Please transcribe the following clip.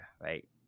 right